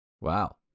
Wow